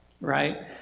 right